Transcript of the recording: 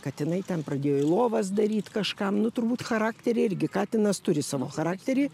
katinai ten pradėjo į lovas daryt kažkam nu turbūt charakterį irgi katinas turi savo charakterį